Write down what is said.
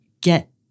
Get